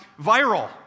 viral